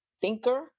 thinker